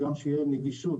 כדי שגם תהיה נגישות,